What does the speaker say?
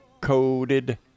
Coded